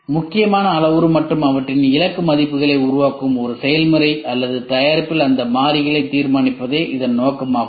முக்கியமான அளவுரு மற்றும் அவற்றின் இலக்கு மதிப்புகளை உருவாக்கும் ஒரு செயல்முறை அல்லது தயாரிப்பில் அந்த மாறிகள் தீர்மானிப்பதே இதன் நோக்கமாகும்